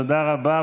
תודה רבה.